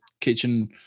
kitchen